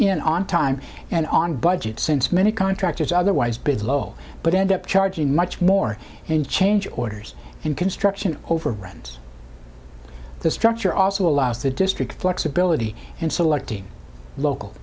in on time and on budget since many contractors otherwise bids low but end up charging much more in change orders and construction overruns the structure also allows the district flexibility and selecting local